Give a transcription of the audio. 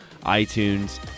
iTunes